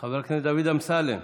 חבר הכנסת דוד אמסלם,